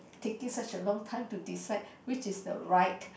taking such a long time to decide which is the right